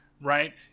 right